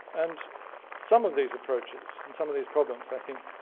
and some of these approaches, and some of these problems, i think,